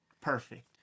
Perfect